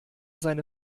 seine